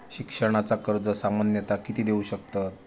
शिक्षणाचा कर्ज सामन्यता किती देऊ शकतत?